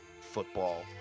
football